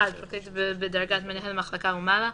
(1)פרקליט בדרגת מנהל מחלקה ומעלה,